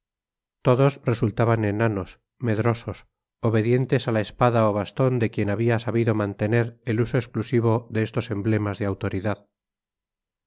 todos resultaban enanos medrosos obedientes a la espada o bastón de quien había sabido mantener el uso exclusivo de estos emblemas de autoridad